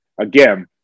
again